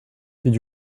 did